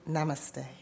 Namaste